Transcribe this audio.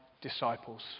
disciples